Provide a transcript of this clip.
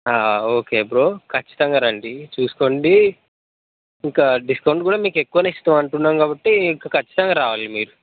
okay bro ఖచ్చితంగా రండి చూసుకోండి ఇంకా డిస్కౌంట్ కూడా మీకు ఎక్కువనే ఇస్తాం అంటున్నాం కాబట్టి ఇంక ఖచ్చితంగా రావాలి మీరు